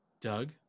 doug